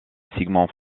sigmund